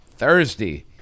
Thursday